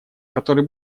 который